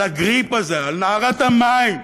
על הגריפ הזה, על נערת המים.